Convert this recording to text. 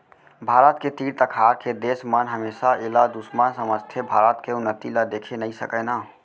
भारत के तीर तखार के देस मन हमेसा एला दुस्मन समझथें भारत के उन्नति ल देखे नइ सकय ना